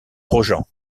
grosjean